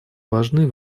важны